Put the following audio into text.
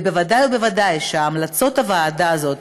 וודאי וודאי שהמלצות הוועדה הזאת,